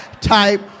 type